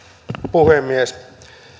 puhemies